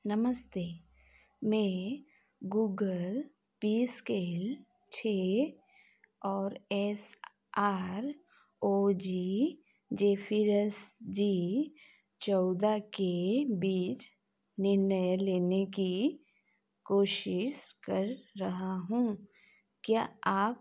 नमस्ते मैं गूगल पर स्केल छः और S R O G J C रस जी चौदह के बीच निर्णय लेने की कोशिश कर रहा हूँ क्या आप